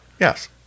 Yes